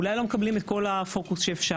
אולי לא מקבלים את כל הפוקוס שאפשר,